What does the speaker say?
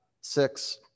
six